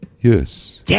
yes